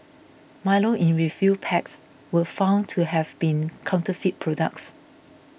milo in refill packs were found to have been counterfeit products